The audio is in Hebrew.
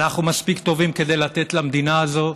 אנחנו מספיק טובים כדי לתת למדינה הזאת,